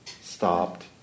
stopped